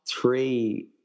three